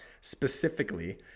specifically